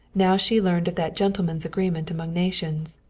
now she learned of that gentlemen's agreement among nations,